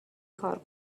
کار